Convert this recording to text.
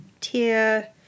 Tier